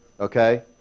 Okay